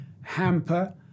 hamper